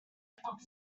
that’s